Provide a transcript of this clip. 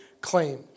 claim